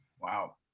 Wow